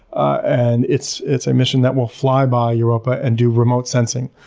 and it's it's a mission that will fly by europa and do remote sensing,